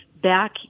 back